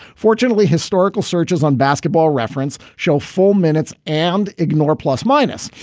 fortunately, historical searches on basketball reference show full minutes and ignore plus minus.